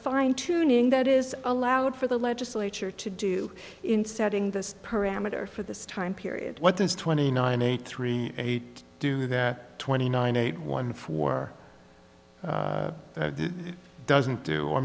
fine tuning that is allowed for the legislature to do in setting this parameter for this time period what this twenty nine eight three eight do that twenty nine eight one for doesn't do or